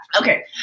Okay